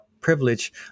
privilege